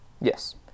yes